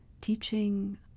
teaching